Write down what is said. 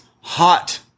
hot